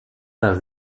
par